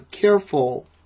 careful